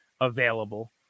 available